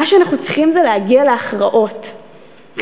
מה שאנחנו צריכים זה להגיע להכרעות כאן.